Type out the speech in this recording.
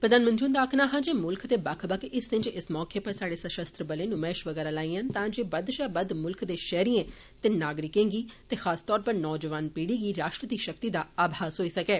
प्रधानमंत्री हुन्दा आक्खना हा जे मुल्ख दे बक्ख बक्ख हिस्से च इस मौके उप्पर साह्डे सशस्त्र बलें नुमैशां बगैहरा लाइयां तां जे बद्द शा बद्द मुल्ख दे शैहरिएं ते नागरिकें गी खास तौर उप्पर नौजोआन पीढ़ी गी राष्ट्र दी शक्ति दा आमास होई सकै